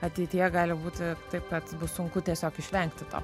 ateityje gali būti taip kad bus sunku tiesiog išvengti to